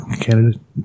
candidate